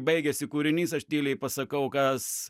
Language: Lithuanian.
baigiasi kūrinys aš tyliai pasakau kas